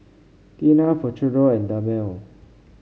Tena Futuro and Dermale